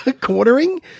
cornering